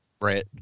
Right